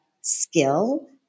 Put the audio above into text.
skill